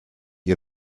ihr